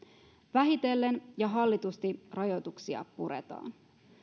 vähitellen ja hallitusti rajoituksia puretaan